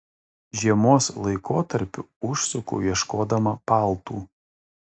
žiemos laikotarpiu užsuku ieškodama paltų